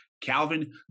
Calvin